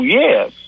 yes